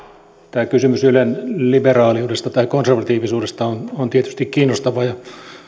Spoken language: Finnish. tämä kysymys ylen liberaaliudesta tai konservatiivisuudesta on tietysti kiinnostava ja